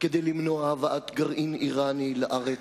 כדי למנוע הבאת גרעין אירני לארץ,